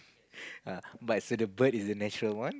ah but so the bird is the natural one